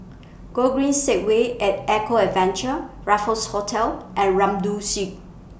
Gogreen Segway and Eco Adventure Raffles Hotel and Rambau